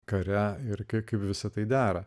kare ir kaip visa tai dera